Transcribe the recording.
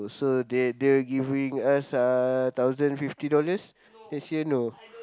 so they they are giving us uh thousand fifty dollars they say no